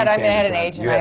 and i mean had an agent. yeah